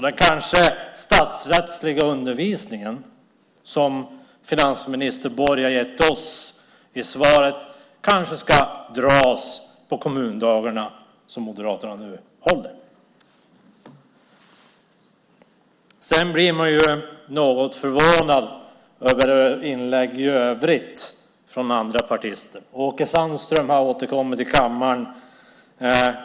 Den statsrättsliga undervisning finansminister Borg gav i sitt svar kanske ska föredras på de kommundagar som Moderaterna håller. Jag blir något förvånad över övriga inlägg från andra partier. Åke Sandström har återkommit till kammaren.